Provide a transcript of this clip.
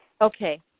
Okay